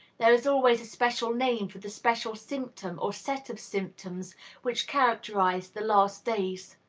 there is always a special name for the special symptom or set of symptoms which characterized the last days.